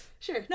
Sure